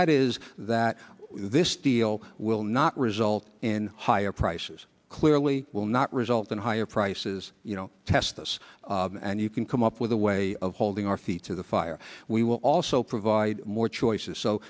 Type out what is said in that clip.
that is that this deal will not result in higher prices clearly will not result in higher prices testis and you can come up with a way of holding our feet to the fire we will also provide more choices so